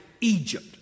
Egypt